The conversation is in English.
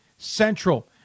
Central